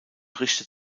richtet